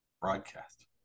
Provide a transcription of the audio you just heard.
broadcast